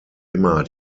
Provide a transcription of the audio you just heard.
immer